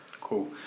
Cool